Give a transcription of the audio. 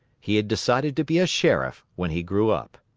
he had decided to be a sheriff when he grew up.